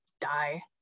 die